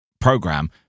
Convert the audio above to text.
program